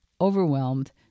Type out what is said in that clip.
overwhelmed